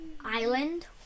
Island